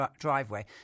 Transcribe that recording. driveway